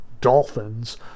dolphins